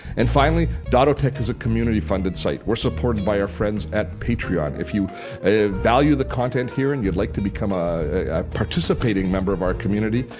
and finally, dottotech is a community-funded site. we're supported by our friend at patreon. if you value the content here and you'd like to become a participating member of our community,